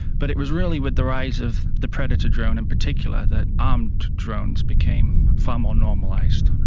but it was really with the rise of the predator drone in particular that armed drones became far more normalised.